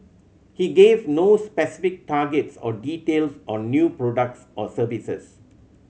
he gave no specific targets or details on new products or services